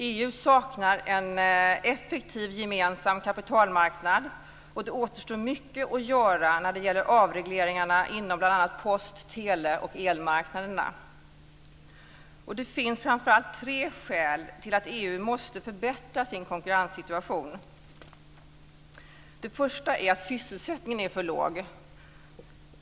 EU saknar en effektiv gemensam kapitalmarknad. Det återstår mycket att göra när det gäller avregleringarna inom bl.a. post-, tele och elmarknaderna. Det finns framför allt tre skäl till att EU måste förbättra sin konkurrenssituation. Det första är att sysselsättningen är för låg.